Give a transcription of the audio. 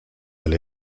del